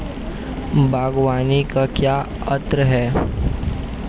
बागवानी का क्या अर्थ है?